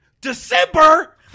December